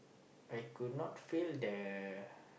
I could not fail the